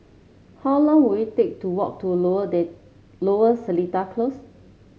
how long will it take to walk to Lower Data Lower Seletar Close